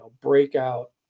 breakout